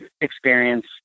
experience